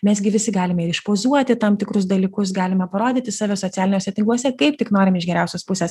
mes gi visi galime ir išpozuoti tam tikrus dalykus galime parodyti save socialiniuose tinkluose kaip tik norim iš geriausios pusės